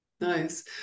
nice